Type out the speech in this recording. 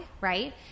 right